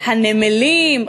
הנמלים,